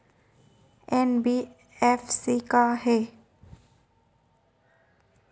NBFC का हरे?